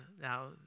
Now